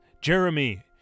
Jeremy